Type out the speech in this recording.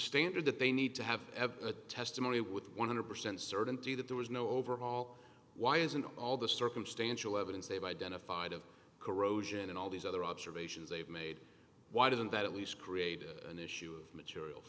standard that they need to have a testimony with one hundred percent certainty that there was no overall why isn't all the circumstantial evidence they've identified of corrosion and all these other observations they've made why didn't that at least created an issue of material